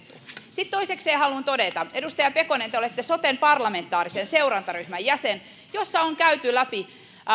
sitten toisekseen haluan todeta edustaja pekonen että te olette soten parlamentaarisen seurantaryhmän jäsen jossa on käyty läpi